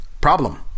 Problem